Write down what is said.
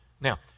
Now